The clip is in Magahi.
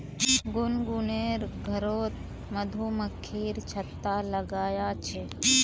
गुनगुनेर घरोत मधुमक्खी छत्ता लगाया छे